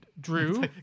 Drew